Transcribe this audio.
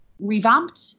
revamped